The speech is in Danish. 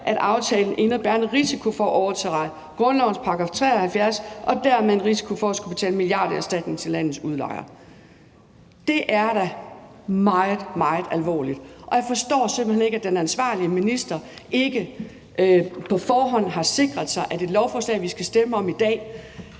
at aftalen indebærer en risiko for at overtræde grundlovens § 73 og dermed en risiko for at skulle betale en milliarderstatning til landets udlejere. Det er da meget, meget alvorligt, og jeg forstår simpelt hen ikke, at den ansvarlige minister ikke på forhånd har sikret sig, at det lovforslag, vi skal stemme om i dag,